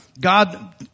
God